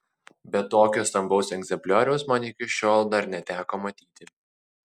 bet tokio stambaus egzemplioriaus man iki šiol dar neteko matyti